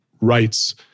rights